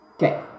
okay